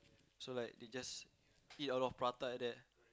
so like they just eat a lot of prata at there